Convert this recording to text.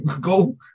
go